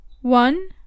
One